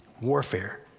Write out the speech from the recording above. Warfare